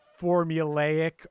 formulaic